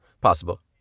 possible